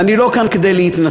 ואני כאן לא כדי להתנצל,